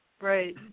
Right